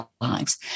lives